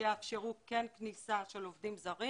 שיאפשרו כן כניסה של עובדים זרים.